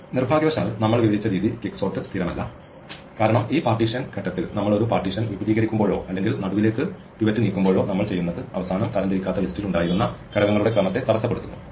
നിർഭാഗ്യവശാൽ നമ്മൾ വിവരിച്ച രീതി ക്വിക്ക്സോർട്ട് സ്ഥിരമല്ല കാരണം ഈ പാർട്ടീഷൻ ഘട്ടത്തിൽ നമ്മൾ ഒരു പാർട്ടീഷൻ വിപുലീകരിക്കുമ്പോഴോ അല്ലെങ്കിൽ നടുവിലേക്ക് പിവറ്റ് നീക്കുമ്പോഴോ നമ്മൾ ചെയ്യുന്നത് അവസാനം തരംതിരിക്കാത്ത ലിസ്റ്റിൽ ഉണ്ടായിരുന്ന ഘടകങ്ങളുടെ ക്രമത്തെ തടസ്സപ്പെടുത്തുന്നു